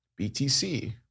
BTC